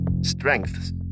strengths